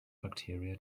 bacteria